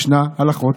משנה והלכות.